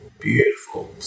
beautiful